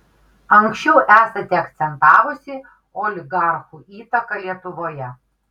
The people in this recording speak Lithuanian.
anksčiau esate akcentavusi oligarchų įtaką lietuvoje